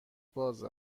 باز